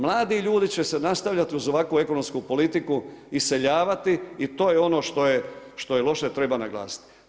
Mladi ljudi će se nastavljati uz ovakvu ekonomsku politiku iseljavati i to je ono što je loše i treba naglasiti.